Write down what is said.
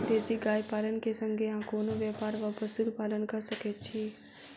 देसी गाय पालन केँ संगे आ कोनों व्यापार वा पशुपालन कऽ सकैत छी?